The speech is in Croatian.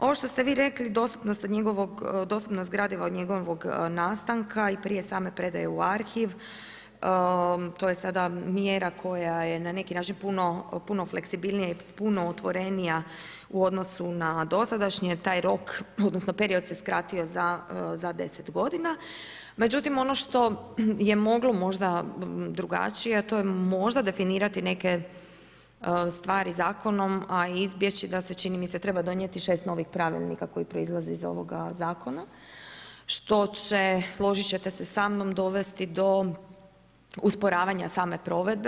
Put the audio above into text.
Ovo što ste vi rekli dostupnost gradiva od njegovog nastanka i prije same predaje u arhiv, to je sada mjera koja je na neki način puno fleksibilnija i puno otvorenija u odnosu na dosadašnji, taj rok, odnosno, period se smanjio za 10 g. Međutim, ono što je moglo možda drugačije a to je možda definirati neke stvari zakonom a izbjeći čini mi se treba donijeti 6 novih pravilnika koje proizlaze iz ovoga zakona, što će, složiti ćete se sa mnom, dovesti do usporavanja same provedbe.